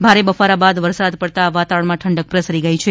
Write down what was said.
ભારે બફારા બાદ વરસાદ પડતા વાતાવરણમાં ઠંડક પ્રસરી ગઇ છે